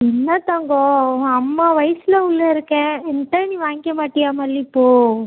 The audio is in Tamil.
என்ன தங்கம் உங்கள் அம்மா வயசில் உள்ள இருக்கேன் என்கிட்ட நீ வாங்கிக்க மாட்டியா மல்லிப்பூ